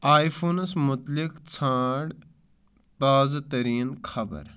I فونس مُتلِق ژھانٛڈ تازٕ ترین خبر